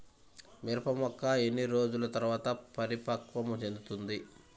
మిరప మొక్క ఎన్ని రోజుల తర్వాత పరిపక్వం చెందుతుంది?